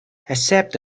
accept